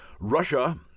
russia